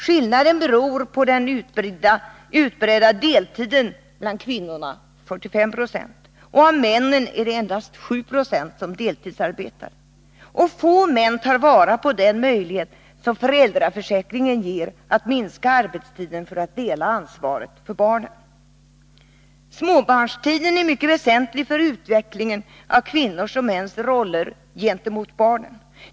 Skillnaden beror på den utbredda deltiden bland kvinnorna—-45 96. Av männen är det endast 7 Zo som deltidsarbetar. Få män tar vara på den möjlighet som föräldraförsäk ringen ger när det gäller att minska arbetstiden för att man på det sättet skall kunna dela ansvaret för barnen. Småbarnstiden är av väsentlig betydelse för utvecklingen när det gäller kvinnors och mäns roller gentemot barnen.